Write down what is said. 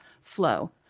flow